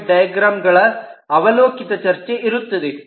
5 diagram ಗಳ ಅವಲೋಕಿತ ಚರ್ಚೆ ಇರುತ್ತದೆ